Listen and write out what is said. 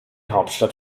hauptstadt